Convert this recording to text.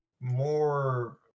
more